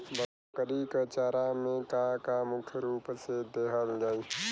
बकरी क चारा में का का मुख्य रूप से देहल जाई?